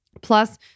plus